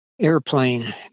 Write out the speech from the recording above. airplane